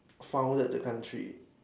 founded the country